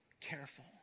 careful